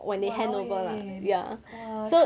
!walao! eh !wah!